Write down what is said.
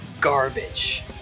garbage